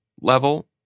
level